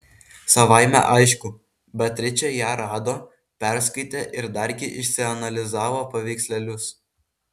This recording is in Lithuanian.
savaime aišku beatričė ją rado perskaitė ir dargi išsianalizavo paveikslėlius